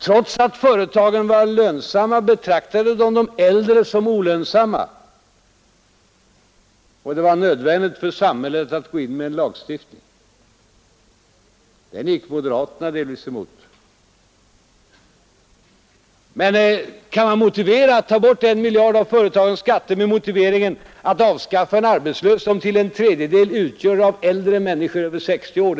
Trots att företagen var lönsamma, betraktades de äldre som olönsamma, och det var nödvändigt för samhället att gå in med en lagstiftning. Den gick moderaterna delvis emot. Men ingen tror på att man kan ta bort en miljard av företagens skatter med motiveringen att man därmed avskaffar en arbetslöshet som till en tredjedel utgöres just av äldre människor över 60 år.